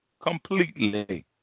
completely